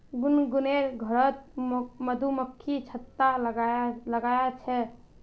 गुनगुनेर घरोत मधुमक्खी छत्ता लगाया छे